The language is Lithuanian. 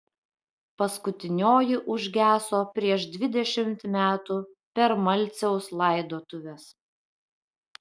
paskutinioji užgeso prieš dvidešimt metų per malciaus laidotuves